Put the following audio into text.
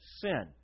sin